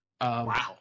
Wow